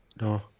No